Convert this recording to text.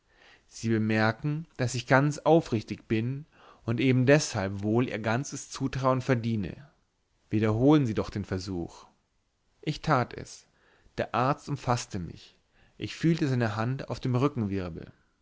sie bemerken daß ich ganz aufrichtig bin und eben deshalb wohl ihr ganzes zutrauen verdiene wiederholen sie doch den versuch ich tat es der arzt umfaßte mich ich fühlte seine hand auf dem